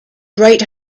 great